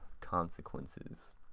consequences